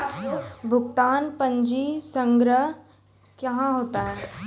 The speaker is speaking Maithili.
भुगतान पंजी संग्रह कहां होता हैं?